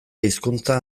hizkuntzan